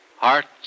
Hearts